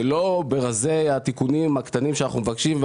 שלא נמצאים ברזי התיקונים הקטנים שאנחנו מבקשים,